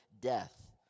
death